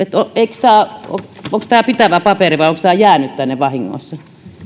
onko tämä pitävä paperi vai onko tämä jäänyt tänne vahingossa